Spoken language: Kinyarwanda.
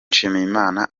nshimiyimana